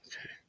Okay